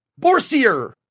Borsier